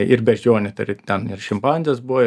ir beždžionė turi ten ir šimpanzės buvo